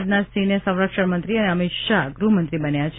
રાજનાથસિંહને સંરક્ષણમંત્રી અને અમિત શાહ ગૃહમંત્રી બન્યા છે